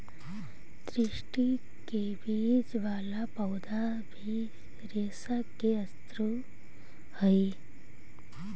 तिस्सी के बीज वाला पौधा भी रेशा के स्रोत हई